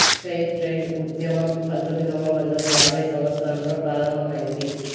fair trade ఉద్యమం పంతొమ్మిదవ వందల యాభైవ సంవత్సరంలో ప్రారంభమైంది